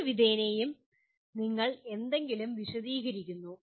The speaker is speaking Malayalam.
ഏതുവിധേനയും നിങ്ങൾ എന്തെങ്കിലും വിശദീകരിക്കുന്നു